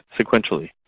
sequentially